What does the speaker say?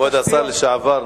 כבוד השר לשעבר,